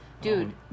dude